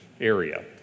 area